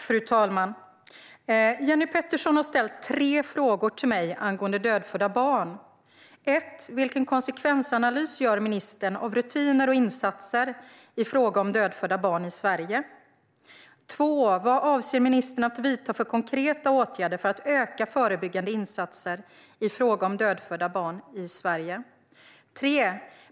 Fru talman! Jenny Petersson har ställt tre frågor till mig angående dödfödda barn. Vilken konsekvensanalys gör ministern av rutiner och insatser i fråga om dödfödda barn i Sverige? Vad avser ministern att vidta för konkreta åtgärder för att öka förebyggande insatser i fråga om dödfödda barn i Sverige?